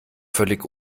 völlig